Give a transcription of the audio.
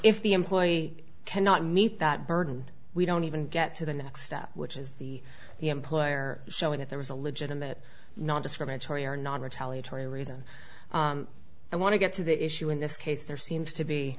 if the employee cannot meet that burden we don't even get to the next step which is the the employer showing that there was a legitimate nondiscriminatory or non retaliatory reason i want to get to the issue in this case there seems to be